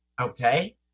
Okay